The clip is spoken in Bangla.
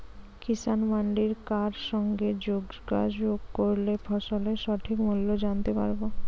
কিষান মান্ডির কার সঙ্গে যোগাযোগ করলে ফসলের সঠিক মূল্য জানতে পারবো?